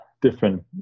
different